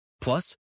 Plus